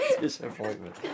Disappointment